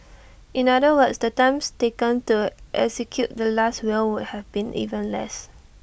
in other words the time taken to execute the Last Will would have been even less